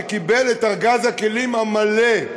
שקיבל את ארגז הכלים המלא,